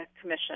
Commission